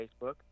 Facebook